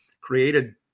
created